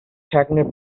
cagney